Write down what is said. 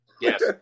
Yes